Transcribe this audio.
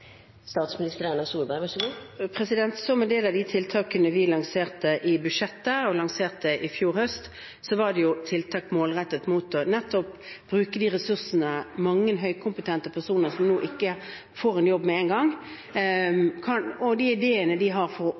Som en del av de tiltakene vi lanserte i budsjettet i fjor høst, var det tiltak rettet mot å få brukt de ressursene og ideene mange høykompetente personer som nå ikke får jobb med en gang, har, for å omstille det til å skape nye typer arbeidsplasser – flere som er gründere, flere som kan